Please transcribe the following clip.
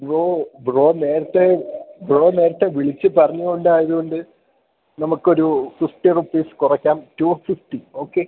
bro bro നേരത്തെ bro നേരത്തെ വിളിച്ച് പറഞ്ഞതുകൊണ്ടായത് കൊണ്ട് നമുക്കൊരു ഫിഫ്റ്റി റുപ്പീസ് കുറയ്ക്കാം റ്റു ഫിഫ്റ്റി ഓക്കെ